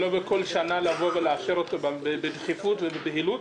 ולא כל שנה לאשר אותו בדחיפות ובבהילות,